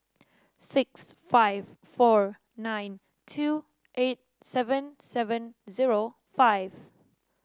six five four nine two eight seven seven zero five